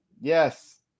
yes